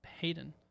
Hayden